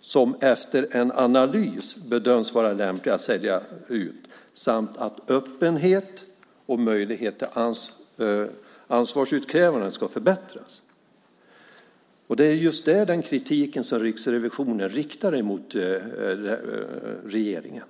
som efter en analys bedöms vara lämpliga att sälja ut samt att öppenheten och möjligheten till ansvarsutkrävande ska förbättras. Det är just den kritiken som Riksrevisionen riktar mot regeringen.